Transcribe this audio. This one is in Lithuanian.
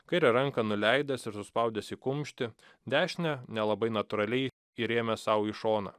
kairę ranką nuleidęs ir suspaudęs į kumštį dešinę nelabai natūraliai įrėmęs sau į šoną